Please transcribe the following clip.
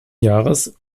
jahres